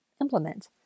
implement